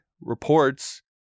reports